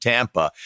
Tampa